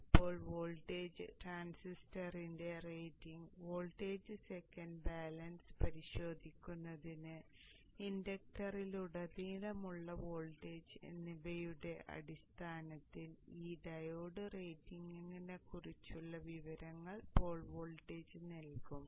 ഇപ്പോൾ വോൾട്ടേജ് ട്രാൻസിസ്റ്ററിന്റെ rating volt second balance പരിശോധിക്കുന്നതിന് ഇൻഡക്ടറിലുടനീളമുള്ള വോൾട്ടേജ് എന്നിവയുടെ അടിസ്ഥാനത്തിൽ ഈ ഡയോഡ് റേറ്റിംഗിനെക്കുറിച്ചുള്ള വിവരങ്ങൾ പോൾ വോൾട്ടേജ് നൽകും